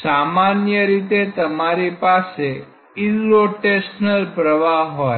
સામાન્ય રીતે તમારી પાસે ઇરરોટેશનલ પ્રવાહ હોય